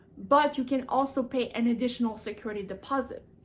but you can also pay an additional security deposit.